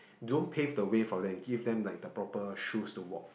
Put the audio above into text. you don't pave the way for them give them like the proper shoes to walk